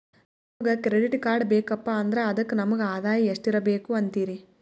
ನಮಗ credit card ಬೇಕಪ್ಪ ಅಂದ್ರ ಅದಕ್ಕ ನಮಗ ಆದಾಯ ಎಷ್ಟಿರಬಕು ಅಂತೀರಿ?